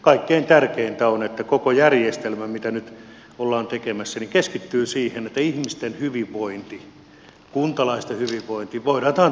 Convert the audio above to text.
kaikkein tärkeintä on että koko järjestelmä mitä nyt ollaan tekemässä keskittyy siihen että ihmisten hyvinvointi kuntalaisten hyvinvointi voidaan turvata